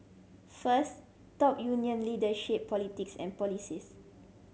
first top union leader shape politics and policies